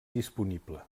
disponible